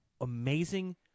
amazing